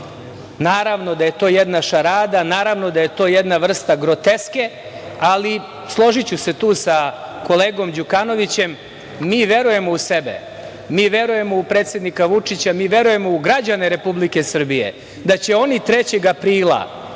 naravno da je to jedna šarada, naravno da je to jedna vrsta groteske, ali složiću se tu sa kolegom Đukanovićem, mi verujemo u sebe, mi verujemo u predsednika Vučića, mi verujemo u građane Republike Srbije da će oni 3. aprila